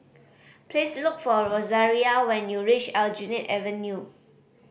please look for Rosaria when you reach Aljunied Avenue